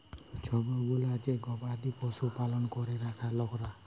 ছব গুলা যে গবাদি পশু পালল ক্যরে রাখ্যে লকরা